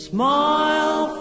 Smile